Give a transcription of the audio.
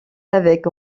avec